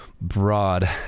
broad